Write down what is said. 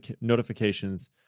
notifications